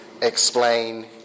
explain